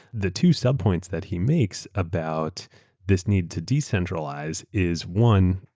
the two subpoints that he makes about this need to decentralize is one,